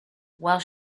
while